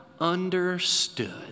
understood